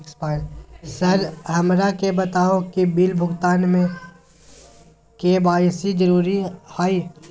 Sir हमरा के बताओ कि बिल भुगतान में के.वाई.सी जरूरी हाई?